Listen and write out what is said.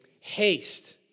Haste